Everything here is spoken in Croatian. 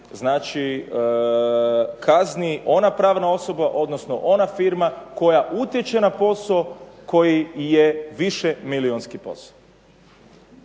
znači kazni ona pravna osoba, odnosno ona firma koja utječe na posao koji je višemilijunski posao.